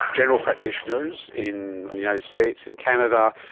general practitioners in the united states, in canada,